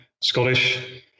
Scottish